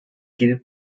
gil